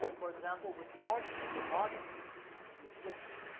for example with parts of the body we use which